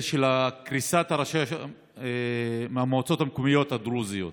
של קריסת המועצות המקומיות הדרוזיות.